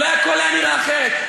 אולי הכול היה נראה אחרת.